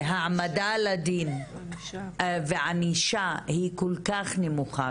שהעמדה לדין וענישה היא כל כך נמוכה,